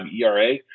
ERA